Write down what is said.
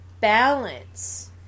balance